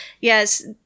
Yes